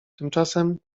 tymczasem